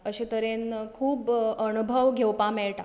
अशे तरेन खूब अणभव घेवपाक मेळटा